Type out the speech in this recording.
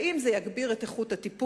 האם זה יגביר את איכות הטיפול.